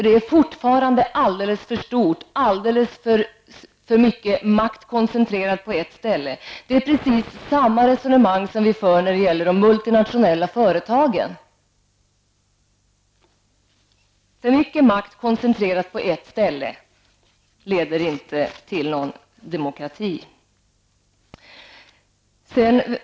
Det är fortfarande alldeles för stort, alldeles för mycket makt koncentrerad på ett ställe. Vi har precis samma resonemang som vi för när det gäller de multinationella företagen. För mycket makt koncentrerad på ett ställe leder inte till någon demokrati.